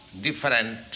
different